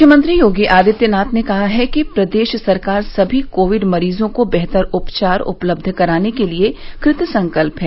मुख्यमंत्री योगी आदित्यनाथ ने कहा है कि प्रदेश सरकार सभी कोविड मरीजों को बेहतर उपचार उपलब्ध कराने के लिये कृत संकल्प है